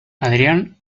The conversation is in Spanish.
adrián